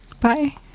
Bye